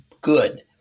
good